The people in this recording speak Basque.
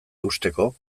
eusteko